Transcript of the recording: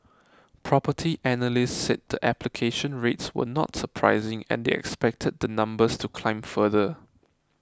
Property Analysts said the application rates were not surprising and they expected the numbers to climb further